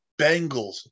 Bengals